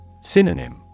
Synonym